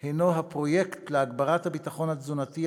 הוא הפרויקט להגברת הביטחון התזונתי,